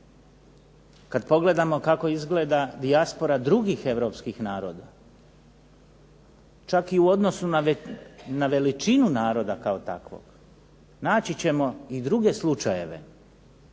Kada pogledamo kako izgleda dijaspora drugih europskih naroda, čak i u odnosu na veličinu naroda kao takvoga, naći ćemo i druge slučajeve,